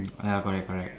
ya correct correct